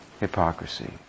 hypocrisy